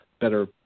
better